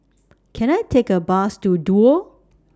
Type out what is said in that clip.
Can I Take A Bus to Duo